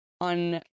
on